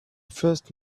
first